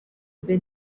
mbe